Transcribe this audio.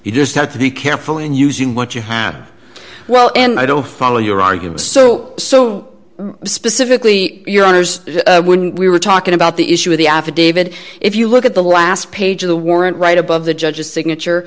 you just have to be careful in using what you have well and i don't follow your arguments so so specifically your honour's when we were talking about the issue of the affidavit if you look at the last page of the warrant right above the judge's signature